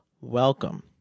welcome